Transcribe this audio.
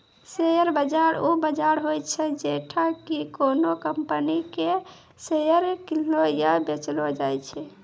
share बाजार उ बजार होय छै जैठां कि कोनो कंपनी के शेयर किनलो या बेचलो जाय छै